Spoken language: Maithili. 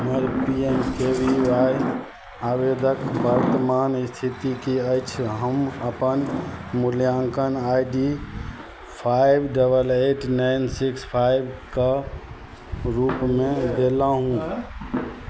हमर P M K V Y आवेदनके वर्तमान इस्थिति कि अछि हम अपन मूल्याङ्कन I D five double eight nine six five के रूपमे देलहुँ